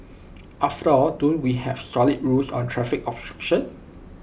after all don't we have solid rules on traffic obstruction